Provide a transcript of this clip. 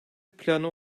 planı